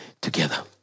together